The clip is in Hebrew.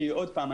כי עוד פעם,